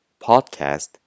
podcast